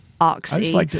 oxy